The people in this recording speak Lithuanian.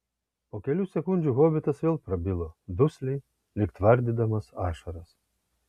po kelių sekundžių hobitas vėl prabilo dusliai lyg tvardydamas ašaras